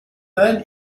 burn